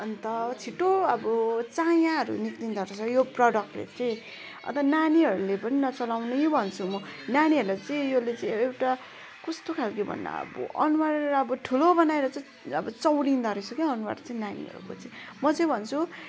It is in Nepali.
अन्त छिटो अब चायाँहरू निक्लिदो रहेछ यो प्रोडक्टले चाहिँ अन्त नानीहरूले पनि नचलाउनै भन्छु म नानीहरूलाई चाहिँ यसले चाहिँ एउटा कस्तो खालको भन्नु अब अनुहार अब ठुलो बनाएर चाहिँ अब चाउरिँदो रहेछ क्या अनुहार चाहिँ नानीहरूको चाहिँ म चाहिँ भन्छु